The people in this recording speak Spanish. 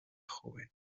joven